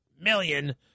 million